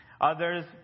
Others